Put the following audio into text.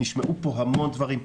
נשמעו פה המון דברים,